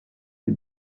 des